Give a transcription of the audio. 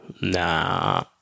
Nah